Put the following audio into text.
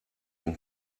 den